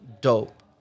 dope